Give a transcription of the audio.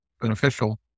beneficial